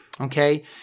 okay